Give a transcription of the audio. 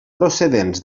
procedents